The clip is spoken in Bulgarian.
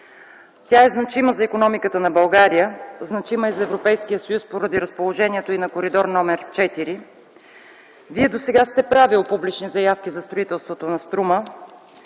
Тя е значима за икономиката на България, значима е и за Европейския съюз, поради разположението й на Коридор № 4. Вие досега сте правил публични заявки за строителството на „Струма”,